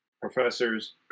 professors